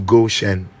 Goshen